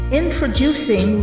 introducing